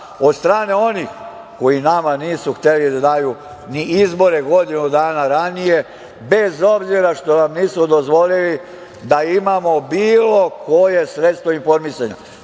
od strane onih koji nama nisu hteli da daju ni izbore godinu dana ranije, bez obzira što nam nisu dozvolili da imamo bilo koje sredstvo informisanja. Mi